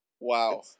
Wow